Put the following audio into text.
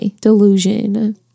delusion